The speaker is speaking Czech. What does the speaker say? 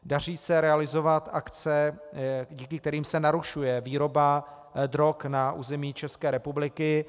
Daří se realizovat akce, díky kterým se narušuje výroba drog na území České republiky.